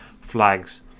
flags